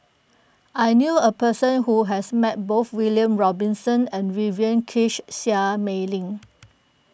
I knew a person who has met both William Robinson and Vivien Quahe Seah Mei Lin